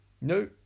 No